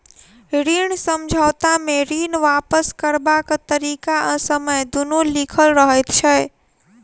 ऋण समझौता मे ऋण वापस करबाक तरीका आ समय दुनू लिखल रहैत छै